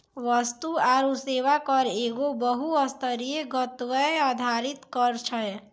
वस्तु आरु सेवा कर एगो बहु स्तरीय, गंतव्य आधारित कर छै